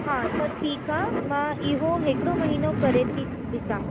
हा त ठीकु आहे मां इहो हिकिड़ो महीनो करे थी ॾिसां